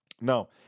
No